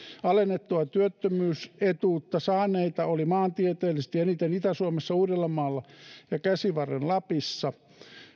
alennettua työttömyysetuutta saaneita oli maantieteellisesti eniten itä suomessa uudellamaalla ja käsivarren lapissa